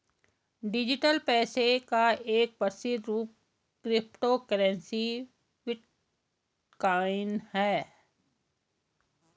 digital पैसे का एक प्रसिद्ध रूप क्रिप्टो करेंसी बिटकॉइन है